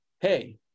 hey